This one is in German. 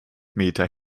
meter